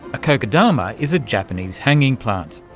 a kokedama is a japanese hanging plant,